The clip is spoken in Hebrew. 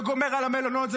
זה גומר על המלונות,